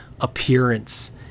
appearance